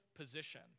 position